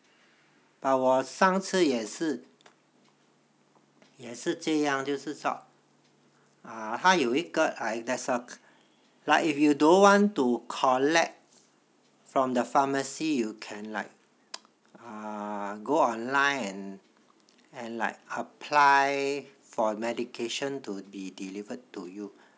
but 我上次也是也是这样就是说它有一个 there's a like if you don't want to collect from the pharmacy you can like go online and like apply for medication to be deliver to you